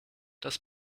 das